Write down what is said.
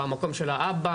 המקום של האבא,